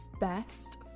best